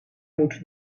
moet